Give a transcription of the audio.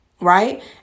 right